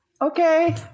Okay